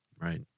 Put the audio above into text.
Right